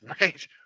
Right